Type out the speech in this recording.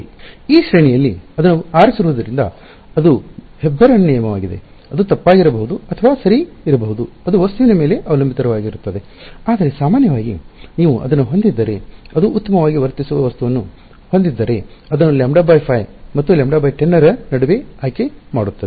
ಈ ಶ್ರೇಣಿಯಲ್ಲಿ ಅದನ್ನು ಆರಿಸುವುದರಿಂದ ಅದು ಹೆಬ್ಬೆರಳಿನ ನಿಯಮವಾಗಿದೆ ಅದು ತಪ್ಪಾಗಿರಬಹುದು ಅಥವಾ ಸರಿ ಇರಬಹುದು ಅದು ವಸ್ತುವಿನ ಮೇಲೆ ಅವಲಂಬಿತವಾಗಿರುತ್ತದೆ ಆದರೆ ಸಾಮಾನ್ಯವಾಗಿ ನೀವು ಅದನ್ನು ಹೊಂದಿದ್ದರೆ ಅದು ಉತ್ತಮವಾಗಿ ವರ್ತಿಸುವ ವಸ್ತುವನ್ನು ಹೊಂದಿದ್ದರೆ ಅದನ್ನು λ5 ಮತ್ತು λ10 ರ ನಡುವೆ ಆಯ್ಕೆ ಮಾಡುತ್ತದೆ